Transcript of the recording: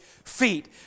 feet